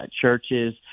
churches